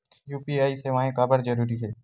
UPI सेवाएं काबर जरूरी हे?